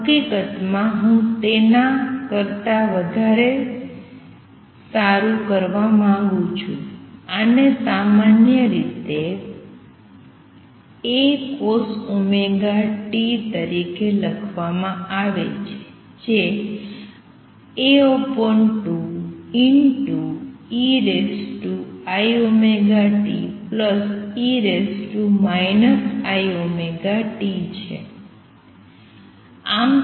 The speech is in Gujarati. હકીકતમાં હું તેના કરતા વધુ સારું કરવા માંગું છું આને સામાન્ય રીતે તરીકે લખવામાં આવે છે જે છે